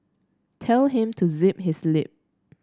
tell him to zip his lip